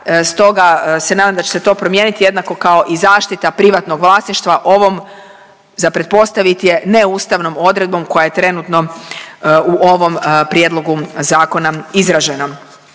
Stoga se nadam da će se to promijeniti jednako kao i zaštita privatnog vlasništva ovom, za pretpostavit je neustavnom odredbom, koja je trenutno u ovom prijedlogu zakona izražena.